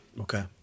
Okay